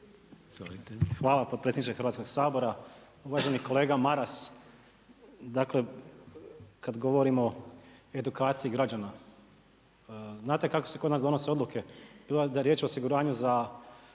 Hvala potpredsjedniče Hrvatskog sabora. Uvaženi kolega Maras, dakle kad govorimo o edukaciji građana, znate kako se kod nas donose odluke, bilo da je riječ o osiguranju za